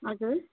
हजुर